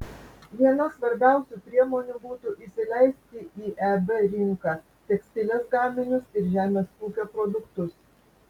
viena svarbiausių priemonių būtų įsileisti į eb rinką tekstilės gaminius ir žemės ūkio produktus